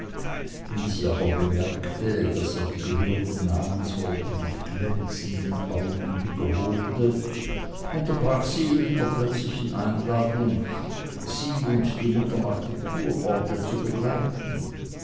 wie sie aber bemerkte daß er die gehörten namensworte mit glänzenden augen wiederholte unterbrach sie ihn mit der plötzlichen einladung sie und die mutter nach dem kurorte zu begleiten